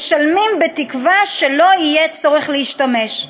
משלמים בתקווה שלא יהיה צורך להשתמש.